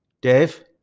Dave